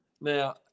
Now